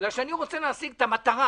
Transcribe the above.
אלא בגלל שאני רוצה להשיג את המטרה,